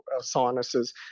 sinuses